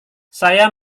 saya